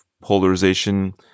polarization